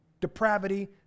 depravity